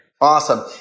Awesome